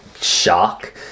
shock